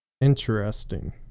Interesting